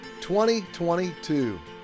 2022